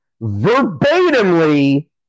verbatimly